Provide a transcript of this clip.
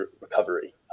recovery